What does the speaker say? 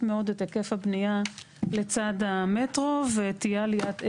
מאוד את היקף הבנייה לצד המטרו ותהיה עליית ערך.